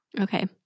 Okay